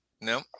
no